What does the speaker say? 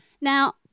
Now